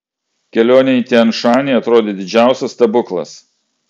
kelionė į tian šanį atrodė didžiausias stebuklas